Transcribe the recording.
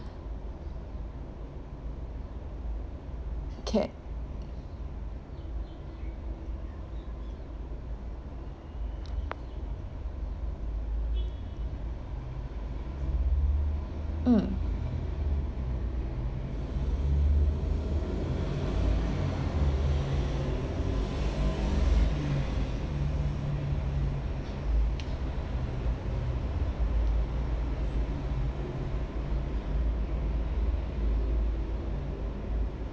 okay mm